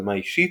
להעצמה אישית,